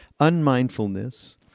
unmindfulness